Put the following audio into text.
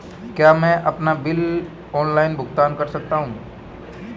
क्या मैं अपना बिजली बिल ऑनलाइन भुगतान कर सकता हूँ?